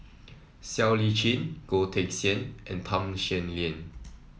Siow Lee Chin Goh Teck Sian and Tham Sien Yen